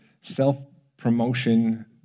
self-promotion